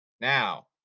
Now